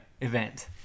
event